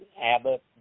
Abbott